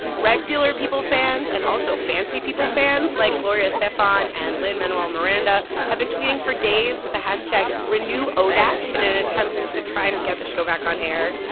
regular-people fans and also fancy-people fans like gloria estefan and lin-manuel miranda have been tweeting for days with the hashtag renewodaat in an attempt to try and get the show back on air.